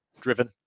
driven